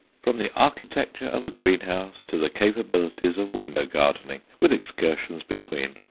from the architecture of a greenhouse to the capabilities of window-gardening, with excursions between,